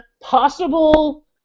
possible